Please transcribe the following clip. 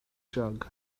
jug